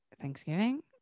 thanksgiving